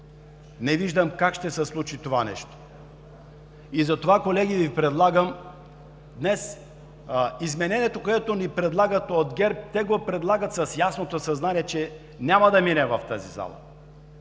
не виждам как ще се случи това нещо. Колеги, предлагам Ви днес изменението, което ни предлагат от ГЕРБ, те го предлагат с ясното съзнание, че няма да мине в тази зала,